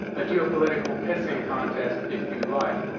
a geopolitical pissing contest if you like,